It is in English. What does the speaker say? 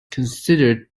considered